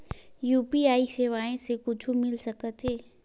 UPI सेवाएं से कुछु मिल सकत हे?